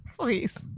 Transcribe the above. Please